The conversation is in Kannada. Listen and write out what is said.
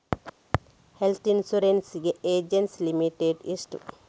ಹೆಲ್ತ್ ಇನ್ಸೂರೆನ್ಸ್ ಗೆ ಏಜ್ ಲಿಮಿಟ್ ಎಷ್ಟು?